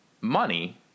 money